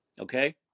Okay